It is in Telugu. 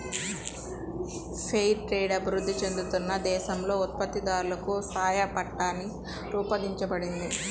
ఫెయిర్ ట్రేడ్ అభివృద్ధి చెందుతున్న దేశాలలో ఉత్పత్తిదారులకు సాయపట్టానికి రూపొందించబడింది